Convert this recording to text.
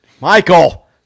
michael